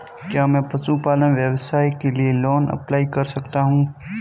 क्या मैं पशुपालन व्यवसाय के लिए लोंन अप्लाई कर सकता हूं?